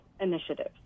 initiative